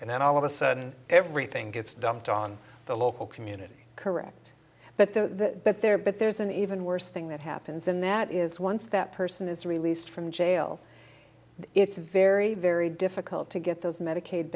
and then all of a sudden everything gets dumped on the local community correct but the but there but there's an even worse thing that happens in that is once that person is released from jail it's very very difficult to get those medicaid